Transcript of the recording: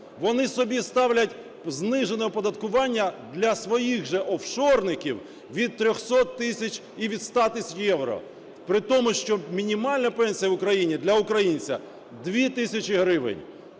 Вони собі ставлять знижене оподаткування, для своїх же офшорників, від 300 тисяч і від 100 тисяч євро, притому, що мінімальна пенсія в Україні для українця - 2 тисячі гривень.